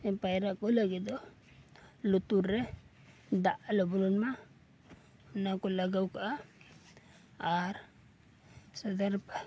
ᱯᱟᱭᱨᱟᱜᱠᱚ ᱞᱟᱹᱜᱤᱫ ᱫᱚ ᱞᱩᱛᱩᱨ ᱨᱮ ᱫᱟᱜ ᱟᱞᱚ ᱵᱚᱞᱚᱱ ᱢᱟ ᱚᱱᱟᱠᱚ ᱞᱟᱜᱟᱣᱠᱟᱜᱼᱟ ᱟᱨ ᱥᱟᱫᱷᱟᱨ